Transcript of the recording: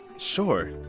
sure.